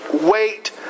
wait